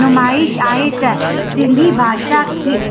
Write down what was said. नुमाइश आहे त सिंधी भाषा खे